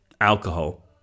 alcohol